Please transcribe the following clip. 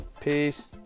Peace